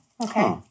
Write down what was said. Okay